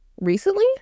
recently